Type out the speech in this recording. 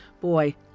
Boy